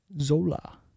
Zola